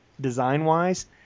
design-wise